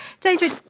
David